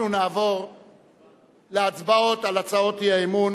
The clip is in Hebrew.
אנחנו נעבור להצבעות על הצעות האי-האמון